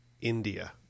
india